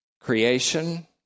Creation